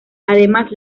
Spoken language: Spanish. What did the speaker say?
además